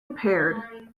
repaired